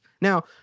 now